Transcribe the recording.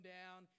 down